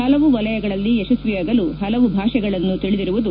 ಪಲವು ವಲಯಗಳಲ್ಲಿ ಯಶಕ್ವಿಯಾಗಲು ಪಲವು ಭಾಷೆಗಳನ್ನು ತೀದಿರುವುದು